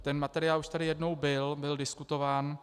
Ten materiál už tady jednou byl, byl diskutován.